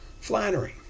flattering